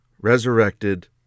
resurrected